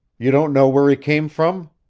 you don't know where he came from?